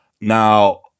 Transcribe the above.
Now